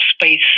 space